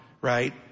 right